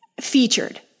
featured